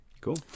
cool